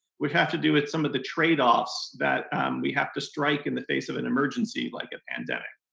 which have to do it some of the tradeoffs that we have to strike in the face of an emergency like a pandemic.